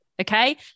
okay